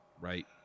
right